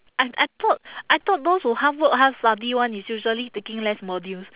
I I thought I thought those who half work half study [one] is usually taking less modules